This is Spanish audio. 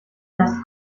las